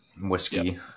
whiskey